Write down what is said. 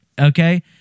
Okay